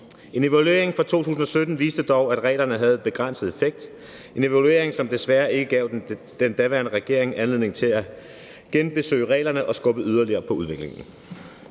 En evaluering fra 2017 viste dog, at reglerne havde begrænset effekt. Det var en evaluering, som desværre ikke gav den daværende regering anledning til at genbesøge reglerne og skubbe yderligere på udviklingen.